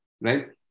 right